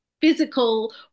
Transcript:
physical